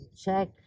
check